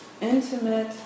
intimate